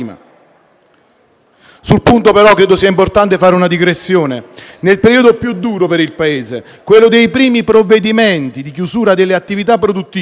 Sul punto, però, credo sia importante fare una digressione: nel periodo più duro per il Paese, quello dei primi provvedimenti di chiusura delle attività produttive,